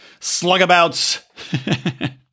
slugabouts